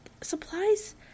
supplies